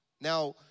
Now